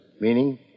Meaning